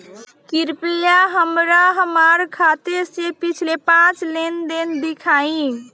कृपया हमरा हमार खाते से पिछले पांच लेन देन दिखाइ